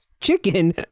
chicken